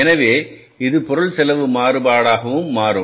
எனவே இது பொருள் செலவு மாறுபாடாகவும்மாறும்